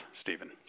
Stephen